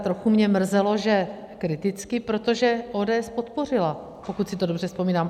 Trochu mě mrzelo, že kriticky, protože ODS to podpořila, pokud si dobře vzpomínám.